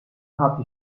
hat